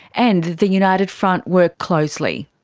and the united front work closely.